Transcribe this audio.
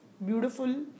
beautiful